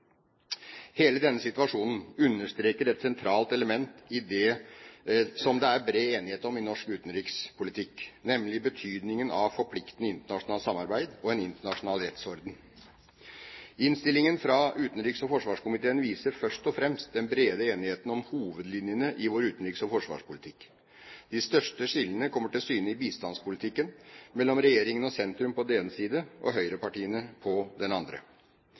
Hele denne situasjonen understreker et sentralt element som det er bred enighet om i norsk utenrikspolitikk, nemlig betydningen av forpliktende internasjonalt samarbeid og en internasjonal rettsorden. Innstillingen fra utenriks- og forsvarskomiteen viser først og fremst den brede enigheten om hovedlinjene i vår utenriks- og forsvarspolitikk. De største skillene kommer til syne i bistandspolitikken, mellom regjeringen og sentrum på den ene siden og høyrepartiene på den andre.